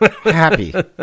happy